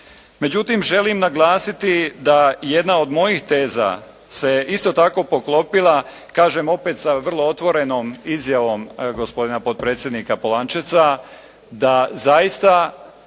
Međutim, želim naglasiti da jedna od mojih teza se isto tako poklopila kažem opet sa vrlo otvorenom izjavom gospodina potpredsjednika Polančeca da zaista